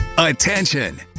attention